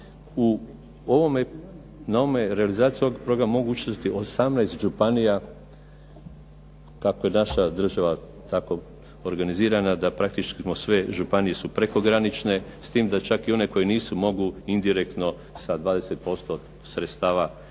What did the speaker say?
na realizaciji ovog programa mogu učestvovati 18 županija, kako je naša država tako organizirana da praktički sve županije su prekogranične s tim da čak i one koje nisu mogu indirektno sa 20% sredstava iz tih